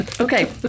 Okay